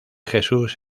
jesús